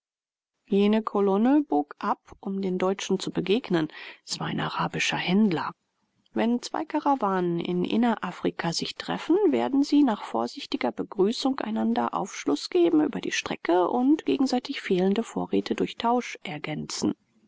jene kolonne bog ab um den deutschen zu begegnen es war ein arabischer händler wenn zwei karawanen in innerafrika sich treffen werden sie nach vorsichtiger begrüßung einander aufschluß geben über die strecke und gegenseitig fehlende vorräte durch tausch ergänzen